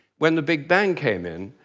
when the big bang came in,